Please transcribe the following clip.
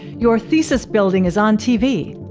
your thesis building is on tv.